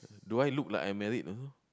do I look like I married also